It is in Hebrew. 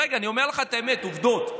רגע, אני אומר לך את האמת, עובדות.